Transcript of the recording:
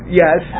yes